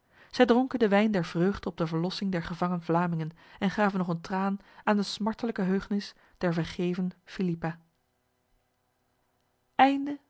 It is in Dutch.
zij dronken de wijn der vreugde op de verlossing der gevangen vlamingen en gaven nog een traan aan de smartelijke heugnis der vergeven philippa